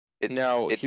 Now